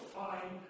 fine